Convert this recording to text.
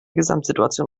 gesamtsituation